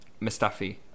Mustafi